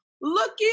looky